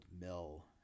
mill